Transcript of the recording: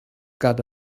got